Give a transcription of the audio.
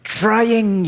trying